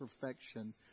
perfection